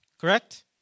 correct